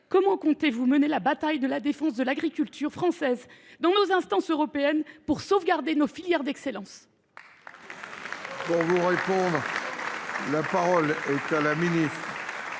comment comptez vous mener la bataille de la défense de l’agriculture française dans nos instances européennes, pour sauvegarder nos filières d’excellence ?